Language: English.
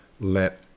let